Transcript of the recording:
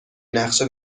نقشه